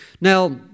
Now